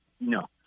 No